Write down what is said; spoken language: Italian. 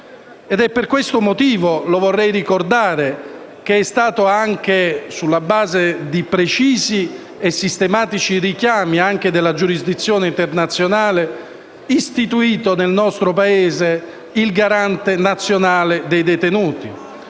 È per questo motivo - lo vorrei ricordare - che, anche sulla base di precisi e sistematici richiami della giurisdizione internazionale, è stato istituito nel nostro Paese il Garante nazionale dei detenuti,